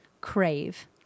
crave